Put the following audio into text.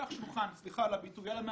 הפך שולחן על המאמן,